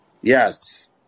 Yes